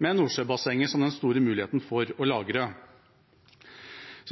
med Nordsjøbassenget som den store muligheten for å lagre.